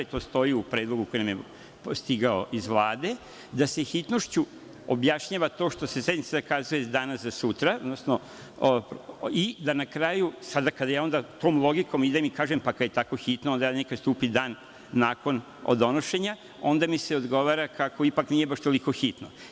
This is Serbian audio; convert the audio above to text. To stoji u predlogu koji nam je stigao iz Vlade, da se hitnošću objašnjava to što se sednica zakazuje danas za sutra, i da na kraju, sada kada tom logikom idem i kažem – pa kada je tako hitno onda neka stupi dan nakon od donošenja, onda mi se odgovara, kako ipak nije baš toliko hitno.